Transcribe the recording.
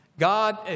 God